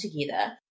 together